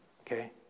Okay